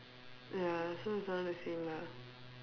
ya so it's around the same lah